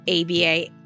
ABA